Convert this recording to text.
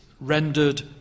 rendered